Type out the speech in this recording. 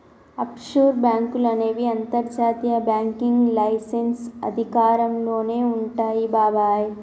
offshore బాంకులు అనేవి అంతర్జాతీయ బ్యాంకింగ్ లైసెన్స్ అధికారంలోనే వుంటాయి బాబాయ్